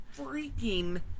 freaking